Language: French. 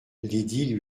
lydie